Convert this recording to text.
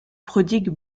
prodigue